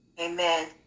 Amen